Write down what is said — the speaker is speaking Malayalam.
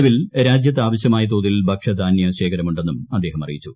നിലവിൽ രാജ്യത്ത് ആവശ്യമായ തോതിൽ ഭക്ഷൃധാനൃ ശേഖരമുണ്ടെന്നും അദ്ദേഹം അറിയിച്ചു